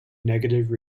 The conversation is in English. negative